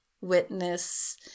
Witness